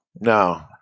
No